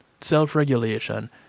self-regulation